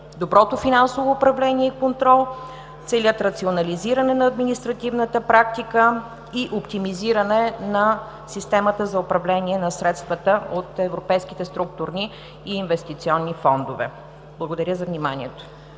доброто финансово управление и контрол, целят рационализиране на административната практика и оптимизиране на системата за управление на средствата от европейските структурни и инвестиционни фондове. Благодаря за вниманието.